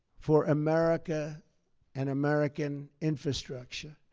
for america and american infrastructure,